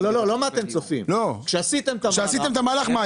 מה אתם צופים --- מה היה כשעשיתם את המהלך?